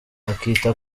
akita